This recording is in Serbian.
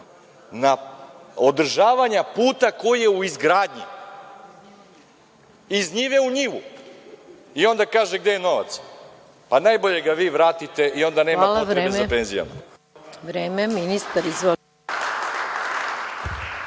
na održavanja puta koji je u izgradnji, iz njivu u njivu, i onda kaže gde je novac? Pa, najbolje ga vi vratite i onda nema potrebe za penzijama. **Maja Gojković** Hvala. Vreme. Ministar, izvolite.